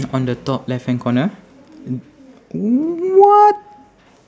on the top left hand corner what